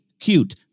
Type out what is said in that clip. Cute